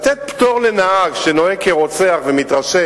לתת פטור לנהג שנוהג כרוצח ומתרשל